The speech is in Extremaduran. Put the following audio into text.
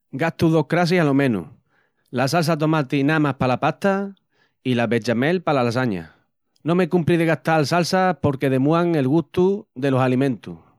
Gastu dos crassis alo menus, la salsa tomati namas pala pasta i la bechamel pala lasaña. No me cumpri de gastal salsas porque demúan el gustu delos alimentus.